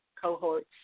cohorts